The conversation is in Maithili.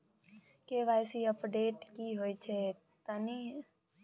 के.वाई.सी अपडेट की होय छै किन्ने विस्तार से समझाऊ ते?